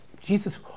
Jesus